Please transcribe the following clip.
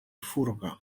furga